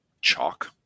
chalk